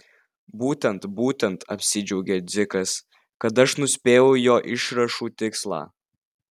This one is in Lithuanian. būtent būtent apsidžiaugė dzikas kad aš nuspėjau jo išrašų tikslą